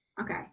Okay